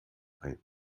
ein